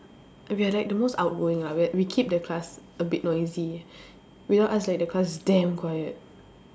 we are like the most outgoing lah we we keep the class a bit noisy without us like the class damn quiet